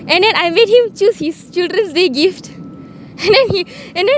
and then I made him choose his childrens' day gift and then he and then